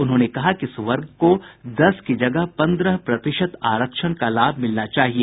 उन्होंने कहा कि इस वर्ग को दस की जगह पन्द्रह प्रतिशत आरक्षण का लाभ मिलना चाहिए